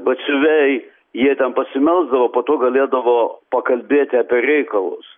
batsiuviai jie ten pasimelsdavo po to galėdavo pakalbėti apie reikalus